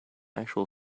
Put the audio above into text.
actual